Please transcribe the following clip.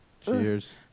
Cheers